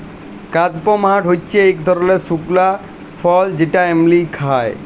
কাদপমহাট হচ্যে ইক ধরলের শুকলা ফল যেটা এমলি খায়